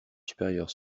supérieures